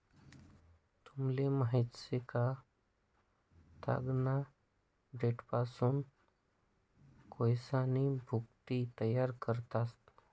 तुमले माहित शे का, तागना देठपासून कोयसानी भुकटी तयार करता येस